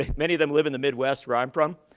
ah many of them live in the midwest where i'm from.